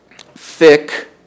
thick